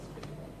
מספיק.